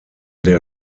der